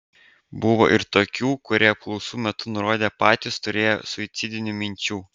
buvo ir tokių kurie apklausų metu nurodė patys turėję suicidinių minčių